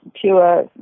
pure